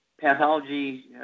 pathology